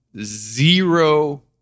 zero